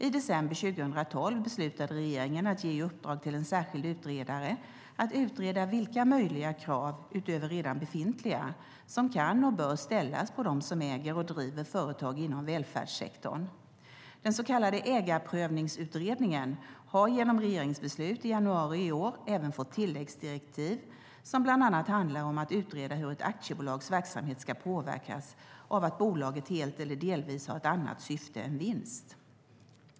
I december 2012 beslutade regeringen att ge i uppdrag till en särskild utredare att utreda vilka möjliga krav, utöver redan befintliga, som kan och bör ställas på dem som äger och driver företag inom välfärdssektorn. Den så kallade Ägarprövningsutredningen har genom regeringsbeslut i januari i år även fått tilläggsdirektiv som bland annat handlar om att utreda hur ett aktiebolags verksamhet skulle påverkas av att bolaget helt eller delvis har ett annat syfte än vinst.